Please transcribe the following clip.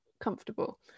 comfortable